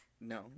No